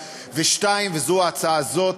2. וזו ההצעה הזו,